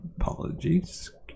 Apologies